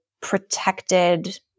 protected